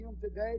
today